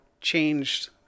changed